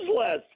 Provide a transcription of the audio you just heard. less